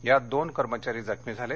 यात दोन कर्मचारी जखमी झाले